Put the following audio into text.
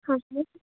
हजुर